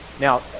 Now